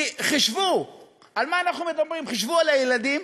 כי חִשבו על מה אנחנו מדברים, חִשבו על הילדים.